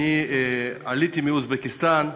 אני עליתי מאוזבקיסטן,